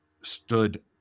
stood